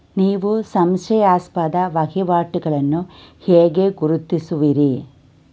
ನೀವು ಸಂಶಯಾಸ್ಪದ ವಹಿವಾಟುಗಳನ್ನು ಹೇಗೆ ಗುರುತಿಸುವಿರಿ?